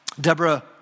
Deborah